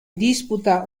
disputa